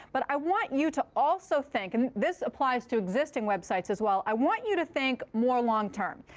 but i want you to also think and this applies to existing websites as well. i want you to think more long term.